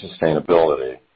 sustainability